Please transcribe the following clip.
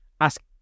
ask